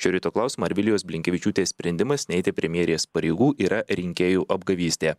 šio ryto klausimą ar vilijos blinkevičiūtės sprendimas neiti premjerės pareigų yra rinkėjų apgavystė